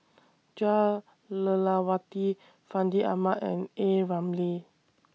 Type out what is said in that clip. Jah Lelawati Fandi Ahmad and A Ramli